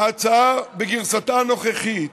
ההצעה בגרסתה הנוכחית